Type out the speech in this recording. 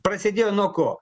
prasidėjo nuo ko